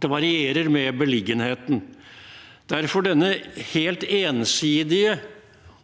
Det varierer med beliggenheten. Derfor bør denne helt ensidige